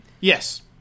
yes